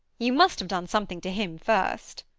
you must have done something to him first.